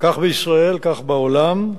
כך בישראל, כך בעולם.